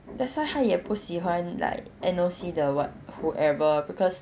that's why 他也不喜欢 like N_O_C the what whoever because